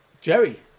Jerry